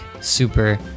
super